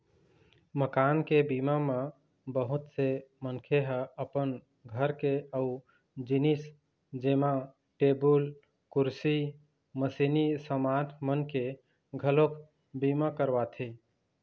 मकान के बीमा म बहुत से मनखे ह अपन घर के अउ जिनिस जेमा टेबुल, कुरसी, मसीनी समान मन के घलोक बीमा करवाथे